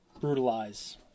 brutalize